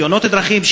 תאונות הדרכים,